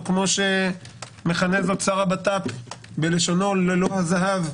או כמו שמכנה זאת שר הבט"פ בלשונו ללא הזהב,